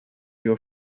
your